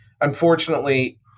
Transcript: unfortunately